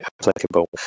applicable